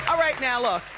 ah right, now, look.